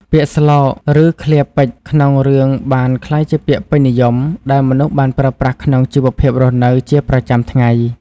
ពាក្យស្លោក ឬឃ្លាពេចន៍ក្នុងរឿងបានក្លាយជាពាក្យពេញនិយមដែលមនុស្សបានប្រើប្រាស់ក្នុងជីវភាពរស់នៅជាប្រចាំថ្ងៃ។